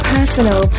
Personal